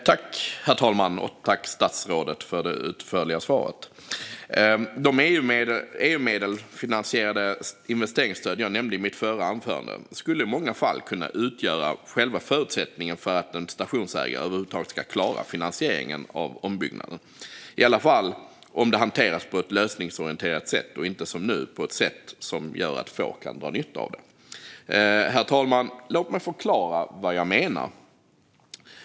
Herr talman! Tack, statsrådet, för det utförliga svaret! De med EU-medel finansierade investeringsstöd jag nämnde i mitt förra anförande skulle i många fall kunna utgöra själva förutsättningen för att en stationsägare överhuvudtaget ska klara finansieringen av ombyggnaden - i alla fall om det hanteras på ett lösningsorienterat sätt och inte, som nu, på ett sätt som gör att få kan dra nytta av det. Herr talman! Låt mig förklara vad jag menar.